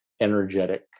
energetic